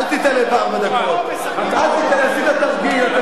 עשית תרגיל.